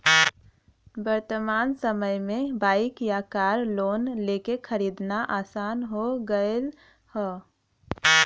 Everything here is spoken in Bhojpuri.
वर्तमान समय में बाइक या कार लोन लेके खरीदना आसान हो गयल हौ